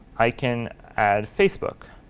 i can add facebook.